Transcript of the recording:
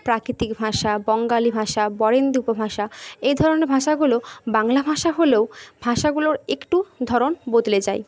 প্রাকৃতিক ভাষা বঙ্গালী ভাষা বরেন্দ্রী উপভাষা এই ধরনের ভাষাগুলো বাংলা ভাষা হলেও ভাষাগুলোর একটু ধরন বদলে যায়